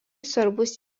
svarbus